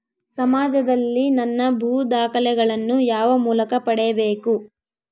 ಸಮಾಜದಲ್ಲಿ ನನ್ನ ಭೂ ದಾಖಲೆಗಳನ್ನು ಯಾವ ಮೂಲಕ ಪಡೆಯಬೇಕು?